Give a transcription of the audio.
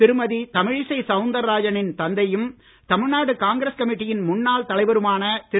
திருமதி தமிழிசை சவுந்தரராஜனின் தந்தையும் தமிழ்நாடு காங்கிரஸ் கமிட்டியின் முன்னாள் தலைவருமான திரு